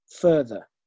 further